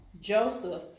Joseph